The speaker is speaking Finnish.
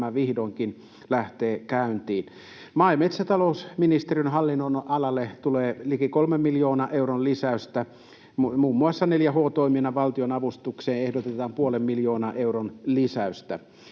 tämä vihdoinkin lähtee käyntiin. Maa- ja metsätalousministeriön hallinnonalalle tulee liki kolmen miljoonan euron lisäys, muun muassa 4H-toiminnan valtionavustukseen ehdotetaan puolen miljoonan euron lisäystä.